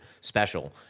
special